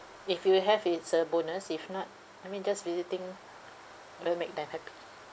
if you have it's a bonus if not I mean just little thing will make them happy